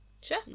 Sure